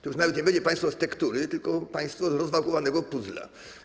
To już nawet nie będzie państwo z tektury, tylko państwo z rozwałkowanego puzzla.